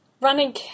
Running